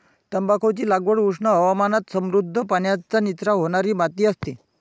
तंबाखूची लागवड उष्ण हवामानात समृद्ध, पाण्याचा निचरा होणारी माती असते